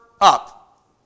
up